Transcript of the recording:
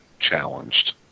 challenged